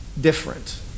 different